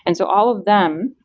and so all of them,